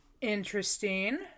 Interesting